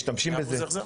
100% החזר?